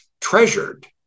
treasured